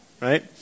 right